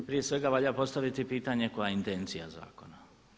Prije svega valja postaviti pitanje koja je intencija zakona.